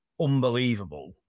unbelievable